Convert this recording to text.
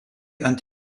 ant